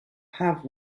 have